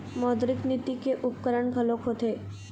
मौद्रिक नीति के उपकरन घलोक होथे